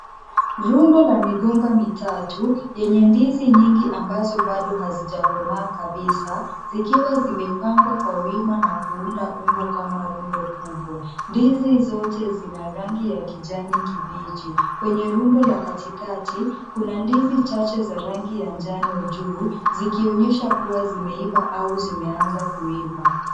Rundo la migomba mitatu, yenye ndizi nyingi ambazo bado hazijakomaa kabisa, zikiwa zimepangwa kwa wima na kuunda umbo kama rundo kubwa. Ndizi zote zina rangi ya kijani kibichi. Kwenye rundo la katikati, kuna ndizi chache za rangi ya njano juu zikionyesha kuwa zimeiva au zimeanza kuiva.